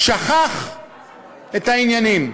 שכח את העניינים.